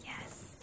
Yes